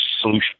solution